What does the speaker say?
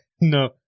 No